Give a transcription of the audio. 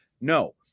No